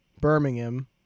Birmingham